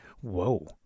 Whoa